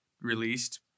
released